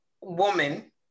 woman